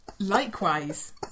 likewise